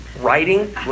Writing